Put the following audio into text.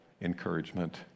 encouragement